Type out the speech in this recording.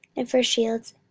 and for shields,